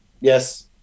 Yes